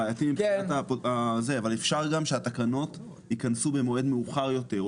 אפשר שהתקנות ייכנסו במועד מאוחר יותר.